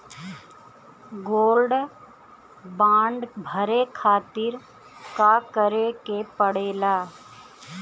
Gold bond भरे खातिर का करेके पड़ेला?